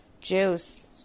Juice